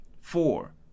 four